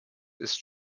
ist